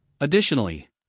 additionally